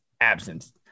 absence